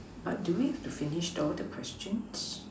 but do we have to finish all the questions